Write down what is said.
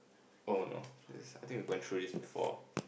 oh no this I think we went through this before